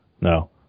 No